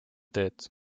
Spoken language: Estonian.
teed